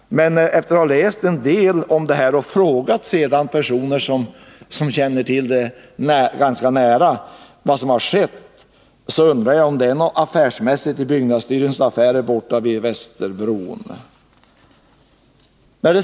Men efter att ha läst en del om detta ärende och efter att ha frågat personer som ganska väl känner till vad som har skett, undrar jag om det finns någon affärsmässighet i byggnadsstyrelsens affärer borta vid Västerbron.